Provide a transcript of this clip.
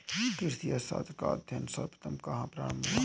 कृषि अर्थशास्त्र का अध्ययन सर्वप्रथम कहां प्रारंभ हुआ?